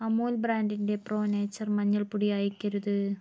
അമുൽ ബ്രാൻഡിന്റെ pro nature മഞ്ഞൾപ്പൊടി അയക്കരുത്